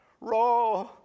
Raw